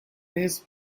his